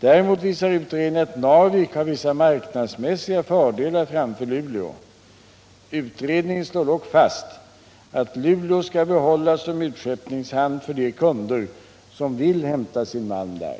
Däremot visar utredningen att Narvik har vissa marknadsmässiga fördelar framför Luleå. Utredningen slår dock fast att Luleå skall behållas som utskeppningshamn för de kunder som vill hämta sin malm där.